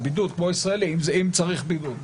בידוד כמו שחל על ישראלים, אם צריך בידוד.